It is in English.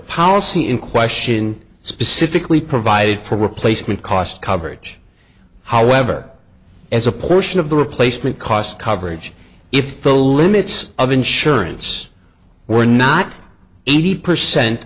see in question specifically provided for replacement cost coverage however as a portion of the replacement cost coverage if the limits of insurance were not eighty percent